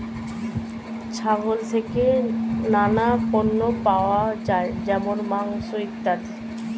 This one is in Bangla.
ছাগল থেকে নানা পণ্য পাওয়া যায় যেমন মাংস, ইত্যাদি